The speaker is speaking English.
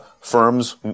firms